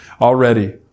already